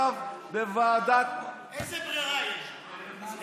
עכשיו דיון בוועדת, איזו ברירה יש לו?